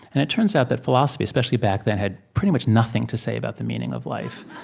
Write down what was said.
and it turns out that philosophy, especially back then, had pretty much nothing to say about the meaning of life.